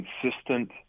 consistent